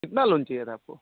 कितना लोन चाहिए था आपको